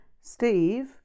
Steve